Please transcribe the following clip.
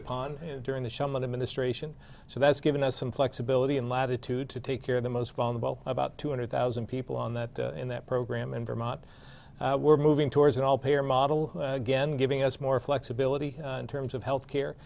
ministration so that's given us some flexibility and latitude to take care of the most vulnerable about two hundred thousand people on that in that program in vermont we're moving towards an all payer model again giving us more flexibility in terms of health